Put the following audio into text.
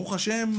ברוך השם,